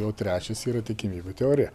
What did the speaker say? jau trečias yra tikimybių teorija